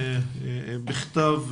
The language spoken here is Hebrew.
בכתב,